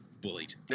Bullied